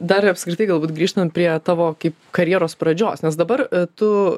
dar apskritai galbūt grįžtant prie tavo kaip karjeros pradžios nes dabar tu